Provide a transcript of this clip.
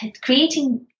creating